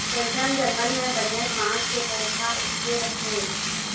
कइठन जंगल म बनेच बांस के पउथा उपजे रहिथे